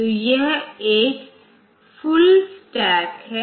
तो यह एक फुल स्टैक है